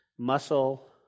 muscle